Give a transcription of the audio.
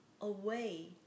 away